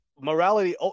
morality